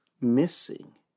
missing